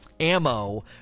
ammo